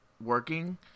working